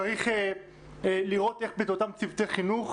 צריך לראות איך באמת אותם צוותי חינוך,